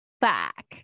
Back